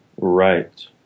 Right